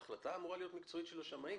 ההחלטה אמורה להיות מקצועית של השמאים,